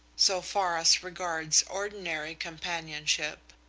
so far as regards ordinary companionship.